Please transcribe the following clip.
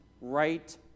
right